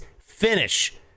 finish